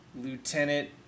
lieutenant